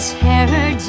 terror